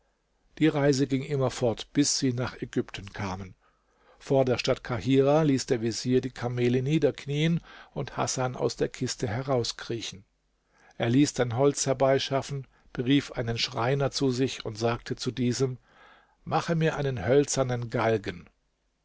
die reise ging immerfort bis sie nach ägypten kamen vor der stadt kahirah ließ der vezier die kamele niederknien und hasan aus der kiste herauskriechen er ließ dann holz herbeischaffen berief einen schreiner zu sich und sagte zu diesem mache mir einen hölzernen galgen